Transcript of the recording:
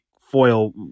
foil